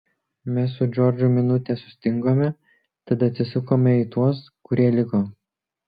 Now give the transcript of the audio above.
mes su džordžu minutę sustingome tada atsisukome į tuos kurie liko